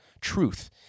truth